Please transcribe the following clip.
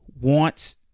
wants